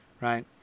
right